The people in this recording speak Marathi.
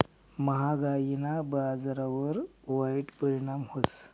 म्हागायीना बजारवर वाईट परिणाम व्हस